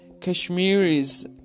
Kashmiris